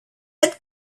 had